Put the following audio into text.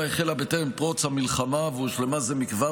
החלה בטרם פרוץ המלחמה והושלמה זה מכבר.